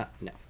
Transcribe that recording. No